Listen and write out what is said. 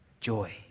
joy